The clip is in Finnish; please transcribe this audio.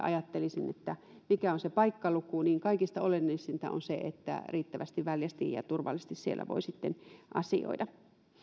ajattelisin mikä on se paikkaluku niin kaikista olennaisinta on se että riittävän väljästi ja turvallisesti siellä voi sitten asioida